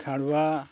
ᱠᱷᱟᱲᱩᱣᱟ